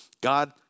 God